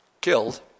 killed